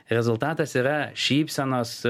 rezultatas yra šypsenos